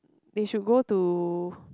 they should go to